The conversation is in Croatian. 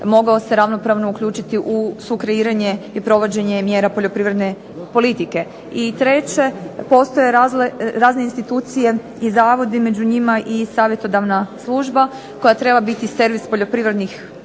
mogao se ravnopravno uključiti u sukreiranje i provođenja mjera poljoprivredne politike. I treće, postoje razne institucije i zavodi među njima i savjetodavna služba koja treba biti servis poljoprivrednih proizvođača